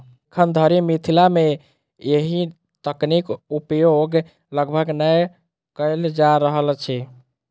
एखन धरि मिथिला मे एहि तकनीक उपयोग लगभग नै कयल जा रहल अछि